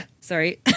Sorry